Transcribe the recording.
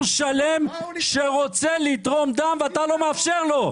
שלם שרוצה לתרום דם ואתה לא מאפשר לו.